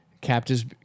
captives